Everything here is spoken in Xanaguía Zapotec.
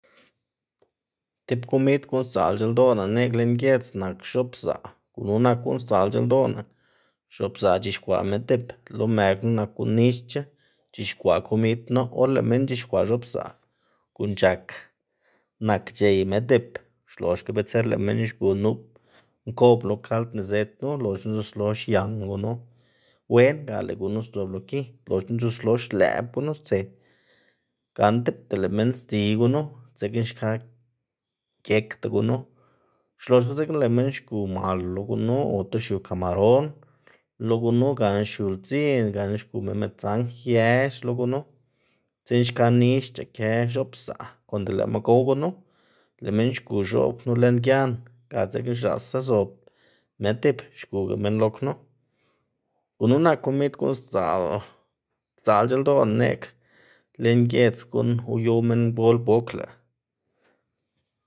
tib komid guꞌn sdzaꞌlc̲h̲a ldoꞌná neꞌg lën giedz nak x̱oꞌb pzaꞌ, gunu nak guꞌn sdzaꞌlc̲h̲a ldoꞌná. X̱oꞌb pzaꞌ c̲h̲ixkwaꞌ më dip, lo më knu nak guꞌn nixc̲h̲a c̲h̲ixkwaꞌ komid knu, or lëꞌ minn c̲h̲ixkwaꞌ x̱oꞌb pzaꞌ guꞌn c̲h̲ak nak c̲h̲ey më dip, xloxga bitser lëꞌ minn xgu nup nkob lo kald nizëd knu loxna c̲h̲uslo xian gunu wen ga lëꞌ gunu sdzob lo gi, loxna c̲h̲uslo xlëꞌb gunu stse gana tipta lëꞌ minn sdziy gunu, dzekna xka gekda gunu, xloxga dzekna lëꞌ minn xgu mal lo gunu ota xiu kamaron lo gunu gana xiu ldzin gana xgu minnn midzanj yex lo gunu, dzekna xka nix xc̲h̲aꞌkë x̱oꞌb pzaꞌ. Konde lëꞌma gow gunu lëꞌ minn xgu x̱oꞌb knu lën gian ga dzekna x̱aꞌsa zob më dip xguga minn lo knu. Gunu nak comida guꞌn sdza'l- sdza'lc̲h̲a ldoꞌná neꞌg lën iedz guꞌn uyow minngol bokoa.